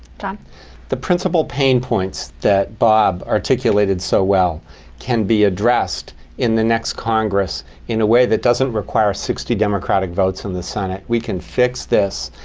john mcdonough the principal pain points that bob articulated so well can be addressed in the next congress in a way that doesn't require sixty democratic votes in the senate. we can fix this,